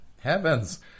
Heavens